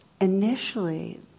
Initially